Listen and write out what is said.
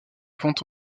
vente